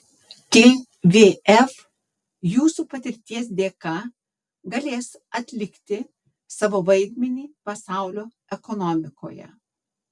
tvf jūsų patirties dėka galės atlikti savo vaidmenį pasaulio ekonomikoje